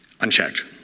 Unchecked